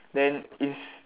then is